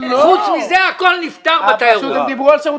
חוץ מזה, הכול נפתר בתיירות.